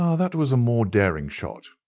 ah that was a more daring shot,